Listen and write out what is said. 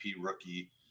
rookie